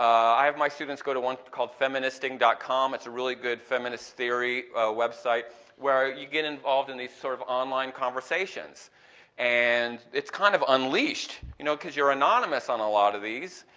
i have my students go to one called feministing dot com it's a really good feminist theory website where you get involved in these sort of online conversations and it's kind of unleashed, you know because you're anonymous on a lot of these,